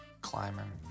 climbing